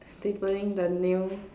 stapling the nail